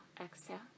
exhale